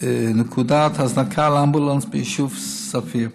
נקודת הזנקה לאמבולנס ביישוב ספיר.